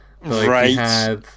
Right